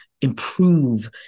improve